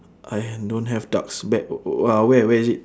I ha~ don't have ducks back w~ uh where where is it